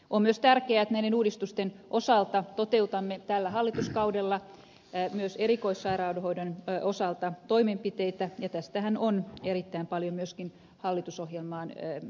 on myös tärkeää että näiden uudistusten osalta toteutamme tällä hallituskaudella myös erikoissairaanhoidon osalta toimenpiteitä ja tästähän on erittäin paljon myöskin hallitusohjelmaan kirjattu